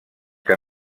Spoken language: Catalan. que